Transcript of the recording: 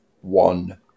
one